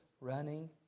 running